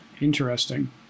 Interesting